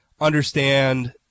understand